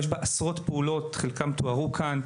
מכילה עשרות פעולות שחלקן נסקרו כאן,